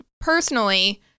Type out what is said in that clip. personally